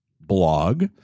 blog